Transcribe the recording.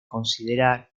considera